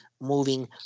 moving